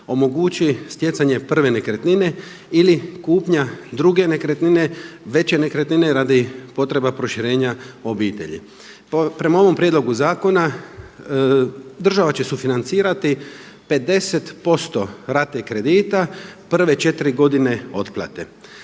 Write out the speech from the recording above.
omogući stjecanje prve nekretnine ili kupnja druge nekretnine, veće nekretnine radi potreba proširenja obitelji. Prema ovom prijedlogu zakona država će sufinancirati 50% rate kredita prve četiri godine otplate.